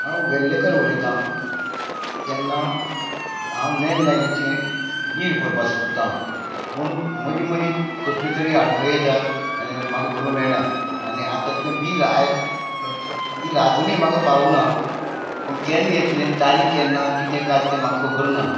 हांव वेल्लेकर उलयतां तेन्ना हांव लॅणलायनिचे बील पळोवपाक सोदतां पूण मदीं मदीं कसली तरी आडखळी येतात आनी म्हाका बरो मेयना आनी आतां तें बील आयलां बील आजुनूय म्हाका पावूंक ना पूण केन्ना येतलें तारीख केन्ना कितें कांय तें म्हाका खबर ना